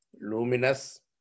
luminous